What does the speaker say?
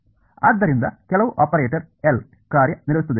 ಆದ್ದರಿಂದ ಕೆಲವು operator L ಕಾರ್ಯನಿರ್ವಹಿಸುತ್ತದೆ